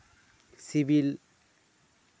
ᱥᱤᱵᱤᱞ